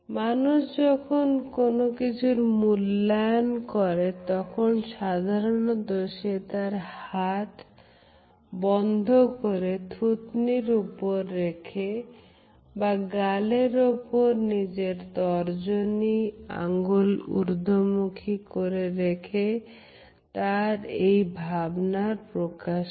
মানুষ যখন কোন কিছুর মূল্যায়ন করে তখন সাধারণত সে তার হাত বন্ধ করে থুতনির উপরে রেখে বা গালের ওপর নিজের তর্জনী আংগুল ঊর্ধ্বমুখী করে রেখে তার এই ভাবনার প্রকাশ করে